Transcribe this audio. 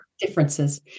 differences